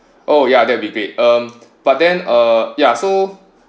oh yeah that will be great um but then uh ya so